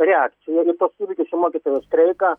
reakcija į tuos įvykius į mokytojų streiką